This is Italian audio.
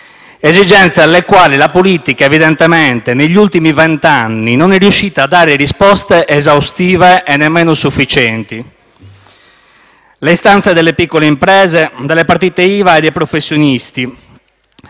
esigenze alle quali la politica, evidentemente, negli ultimi vent'anni, non è riuscita a dare risposte esaustive e nemmeno sufficienti. Le istanze delle piccole imprese, delle partite IVA, dei professionisti: